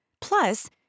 Plus